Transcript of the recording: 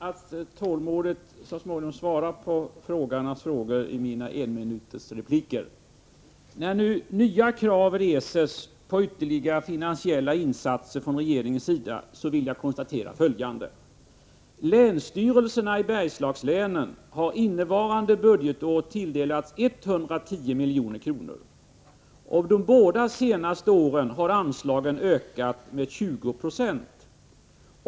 Herr talman! Jag skall försöka att tålmodigt svara på frågeställarnas frågor i mina enminutersrepliker. När nya krav reses på ytterligare finansiella insatser från regeringens sida vill jag konstatera följande: Länsstyrelserna i Bergslagslänen har innevarande budgetår tilldelats 110 milj.kr. De båda senaste åren har anslagen ökat med 20 20.